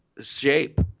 shape